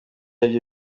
aribyo